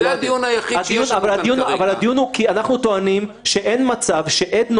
אבל את מדברת על עד מרכזי.